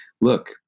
look